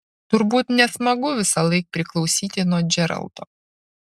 turbūt nesmagu visąlaik priklausyti nuo džeraldo